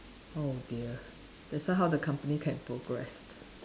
oh dear that's why how the company can progress